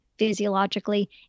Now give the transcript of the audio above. physiologically